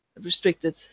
restricted